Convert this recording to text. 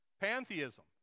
pantheism